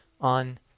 on